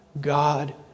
God